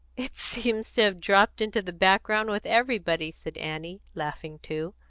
it seems to have dropped into the background with everybody, said annie, laughing too.